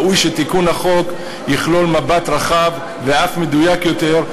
ראוי שתיקון החוק יכלול מבט רחב ואף מדויק יותר,